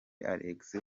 alex